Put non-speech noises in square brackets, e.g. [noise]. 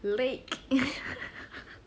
lake [laughs]